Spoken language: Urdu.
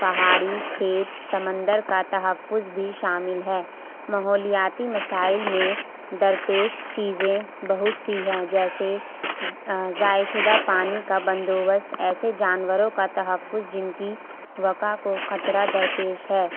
پہاڑی کھیت سمندر کا تحفظ بھی شامل ہے ماحولیاتی مسائل میں درپیش چیزیں بہت سی ہیں جیسے ضائع شدہ پانی کا بندوبست ایسے جانوروں کا تحفظ جن کی بقا کو خطرہ درپیش ہے